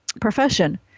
profession